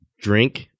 drink